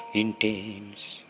intense